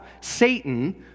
Satan